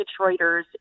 Detroiters